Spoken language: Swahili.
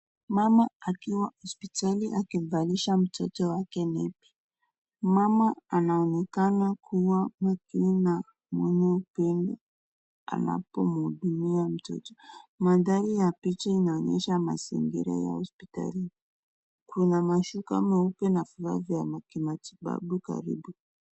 Mama akiwa hosiptali akimvalisha mtoto wake nepi, mama anaonekana kuwa makini na mwenye upendo anapomhudumia mtoto. Mandhari ya picha inaonyesha mazingira ya hosiptali, kuna mashuka meupe na vifaa vya kimatibabu karibu.